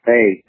Hey